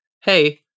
Hey